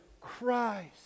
Christ